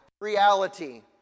reality